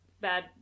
bad